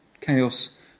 chaos